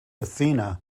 athena